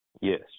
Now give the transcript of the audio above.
Yes